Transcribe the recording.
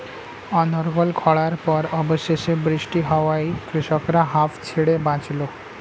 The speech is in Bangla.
অনর্গল খড়ার পর অবশেষে বৃষ্টি হওয়ায় কৃষকরা হাঁফ ছেড়ে বাঁচল